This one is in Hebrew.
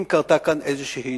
אם קרתה כאן איזו טעות.